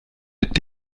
mit